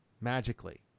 magically